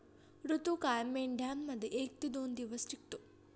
ऋतुकाळ मेंढ्यांमध्ये एक ते दोन दिवस टिकतो